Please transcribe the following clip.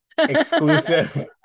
Exclusive